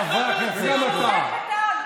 חבר הכנסת קריב, אנא.